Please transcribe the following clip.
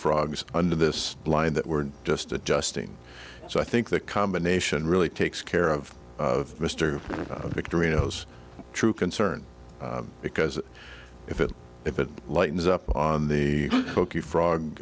frogs under this line that we're just adjusting so i think the combination really takes care of of mr victory knows true concern because if it if it lightens up on the folkie